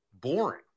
boring